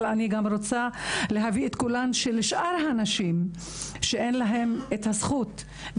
אבל אני רוצה להביא את הקול של שאר הנשים שאין להם את הזכות,